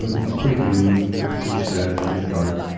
it's pretty gloomy. it's pretty sad. it's pretty dark.